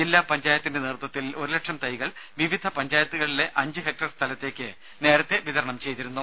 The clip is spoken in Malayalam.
ജില്ലാ പഞ്ചായത്തിന്റെ നേതൃത്വത്തിൽ ഒരു ലക്ഷം തൈകൾ വിവിധ പഞ്ചായത്തുകളിലെ അഞ്ച് ഹെക്ടർ സ്ഥലത്തേക്ക് നേരത്തേ വിതരണം ചെയ്തിരുന്നു